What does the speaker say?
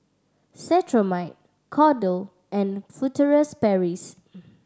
Cetrimide Kordel and Furtere's Paris